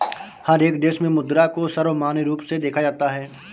हर एक देश में मुद्रा को सर्वमान्य रूप से देखा जाता है